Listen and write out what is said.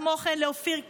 כמו כן, לאופיר כץ,